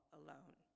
alone